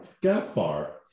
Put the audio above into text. Gaspar